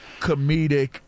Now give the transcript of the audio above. comedic